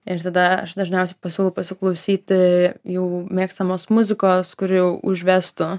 ir tada aš dažniausiai pasiūlau pasiklausyti jų mėgstamos muzikos kuri užvestų